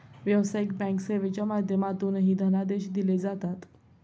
व्यावसायिक बँक सेवेच्या माध्यमातूनही धनादेश दिले जातात